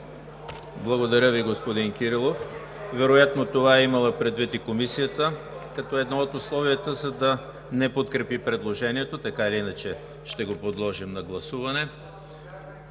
Благодаря Ви, господин Кирилов. Вероятно и това е имала предвид Комисията като едно от условията, за да не подкрепи предложението. Така или иначе ще го подложим на гласуване.